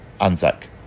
Anzac